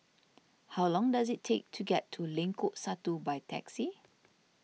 how long does it take to get to Lengkok Satu by taxi